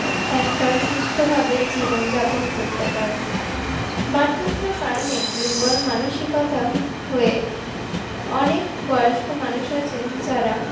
একটা সুস্থভাবে জীবনযাপন করতে পারেন বার্ধক্যের কারণে দুর্বল মানসিকতা হয়ে অনেক বয়স্ক মানুষ আছেন যারা